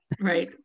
right